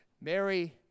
Mary